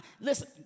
Listen